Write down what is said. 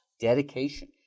dedication